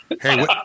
Hey